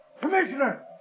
commissioner